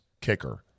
kicker